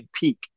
peak